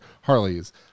Harleys